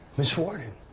ms. warden!